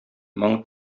моң